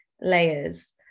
layers